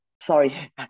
Sorry